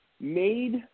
made